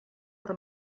per